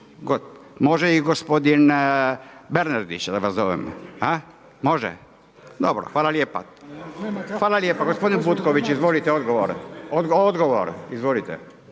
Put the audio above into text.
može i gospodin Bernardić. Može? Dobro, hvala lijepa. Hvala lijepa. Gospodin Butković, izvolite odgovor.